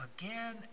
again